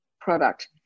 product